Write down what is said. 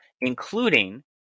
including